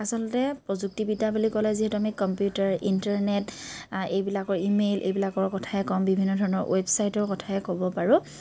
আচলতে প্ৰযুক্তিবিদ্যা বুলি ক'লে যিহেতু আমি কম্পিউটাৰ ইন্টাৰনেট এইবিলাকৰ ই মেইল এইবিলাকৰ কথায়ে ক'ম বিভিন্ন ধৰণৰ ৱেবচাইটৰ কথায়ে ক'ব পাৰোঁ